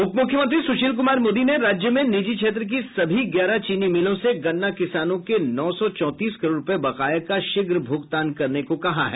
उप मुख्यमंत्री सुशील कुमार मोदी ने राज्य में निजी क्षेत्र की सभी ग्यारह चीनी मिलों से गन्ना किसानों के नौ सौ चौतीस करोड़ रुपये बकाये का शीघ्र भुगतान करने को कहा है